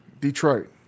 Detroit